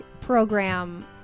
program